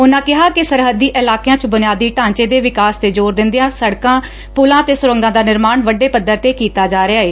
ਉਹਨਾ ਕਿਹਾ ਕਿ ਸਰਹੱਦੀ ਇਲਾਕਿਆ ਚ ਬੁਨਿਆਦੀ ਢਾਚੇ ਦੇ ਵਿਕਾਸ 'ਤੇ ਜੋਰ ਦਿੰਦਿਆਂ ਸੜਕਾਂ ਪੁਲਾਂ ਤੇ ਸੁਰੰਗਾਂ ਦਾ ਨਿਰਮਾਣ ਵੱਡੇ ਪੱਧਰ ਤੇ ਕੀਤਾ ਜਾ ਰਿਹਾ ਏ